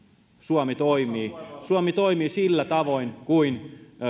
suomi toimii sillä tavoin kuin